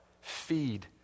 Feed